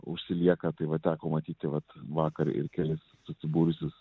užsilieka tai va teko matyti vat vakar ir kelis susibūrusius